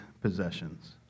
possessions